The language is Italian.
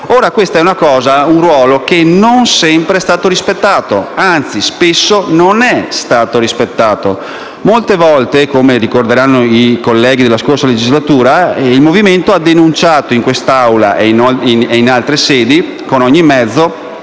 però è un ruolo che non sempre è stato rispettato, anzi spesso non è stato rispettato. Molte volte - come ricorderanno i colleghi della scorsa legislatura, il Movimento 5 Stelle ha denunciato in quest'Aula e in altre sedi, con ogni mezzo,